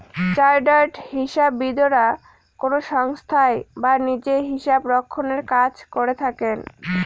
chartered হিসাববিদরা কোনো সংস্থায় বা নিজে হিসাবরক্ষনের কাজ করে থাকেন